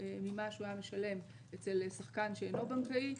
ממה שהוא היה משלם אצל שחקן שאינו בנקאי.